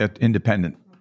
independent